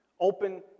Open